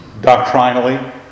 doctrinally